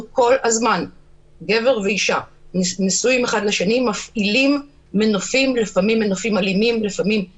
היא כל כך חסרת אונים שאין לה מספיק כוח אפילו להתלונן על איומים קשים